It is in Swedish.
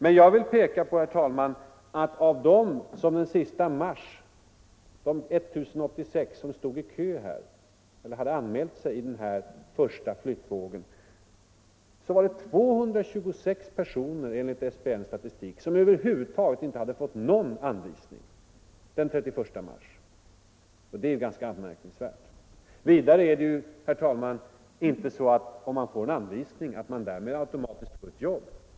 Men jag vill peka på, herr talman, att av de 1086 som den 31 mars hade anmält sig som stannare i den första flyttvågen var det enligt SPN:s statistik 226 personer som över huvud taget inte hade fått någon anvisning. Det är ganska anmärkningsvärt. Vidare är det, herr talman, inte så att man, om man får en anvisning, därmed automatiskt får ett jobb.